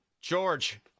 George